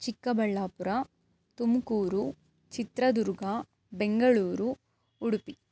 Chikkaballapur Tumakuru Chitradurga Bengaluru Udupi